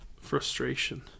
frustration